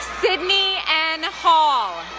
sydney n. hall,